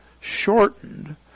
shortened